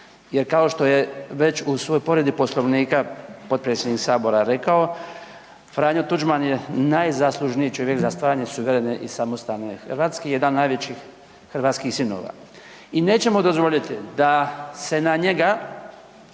jer kao što je već u svojoj povredi Poslovnika potpredsjednik Sabora rekao, F. Tuđman je najzaslužniji čovjek za stvaranje suverene i samostalne Hrvatske, jedan od najvećih hrvatskih sinova i nećemo dozvoliti da se na njega